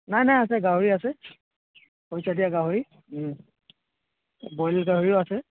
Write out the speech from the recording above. নাই নাই আছে গাহৰি আছে পইচা দিয়া গাহৰি বইল গাহৰিও আছে